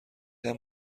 دهم